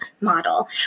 model